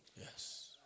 Yes